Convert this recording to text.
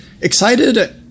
excited